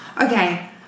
Okay